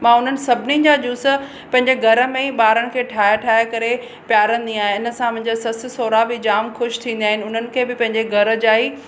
मां उन्हनि सभिनीनि जा जूस पंहिंजे घर में ई ॿारनि खे ठाहे ठाहे करे पिआरींदी आहियां इन सां मुंहिंजे ससु सोहुरा बि जाम ख़ुशि थींदा आहिनि उन्हनि खे बि पंहिंजे घर जा ई